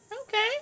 Okay